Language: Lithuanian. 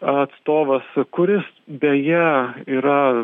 atstovas kuris beje yra